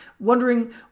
Wondering